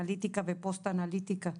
אנליטיקה ופוסט אנליטיקה.